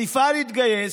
המפעל התגייס,